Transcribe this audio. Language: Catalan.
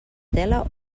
tela